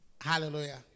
Hallelujah